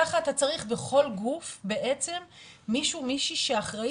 כך אתה צריך בכל גוף מישהו או מישהי שאחראי